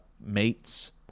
mates